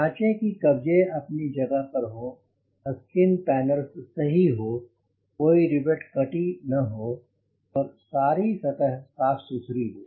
जांचें कि कब्जे अपनी जगह पर हों स्किन पैनल सही हो कई रिवेट कटी न हो और साडी सतह साफ़ सुथरी हो